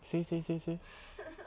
say say say say